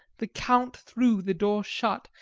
the count threw the door shut,